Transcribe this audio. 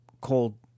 called